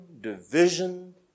division